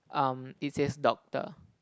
um it says doctor